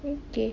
okay